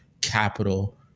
capital